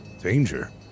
Danger